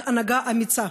רק הנהגה אמיצה,